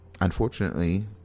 unfortunately